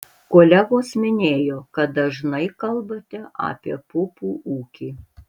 kolegos minėjo kad dažnai kalbate apie pupų ūkį